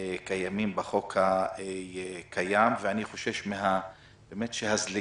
קיימים בחוק הקיים ואני חושש מהזליגה.